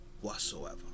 whatsoever